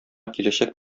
киләчәк